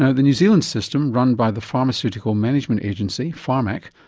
ah the new zealand system, run by the pharmaceutical management agency, pharmac,